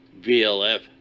VLF